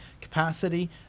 capacity